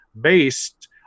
based